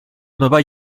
nueva